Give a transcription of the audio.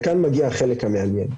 וכאן מגיע החלק המעניין.